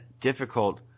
difficult